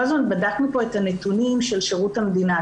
בדקנו פה את הנתונים של שירות המדינה.